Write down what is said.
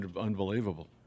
Unbelievable